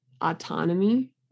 autonomy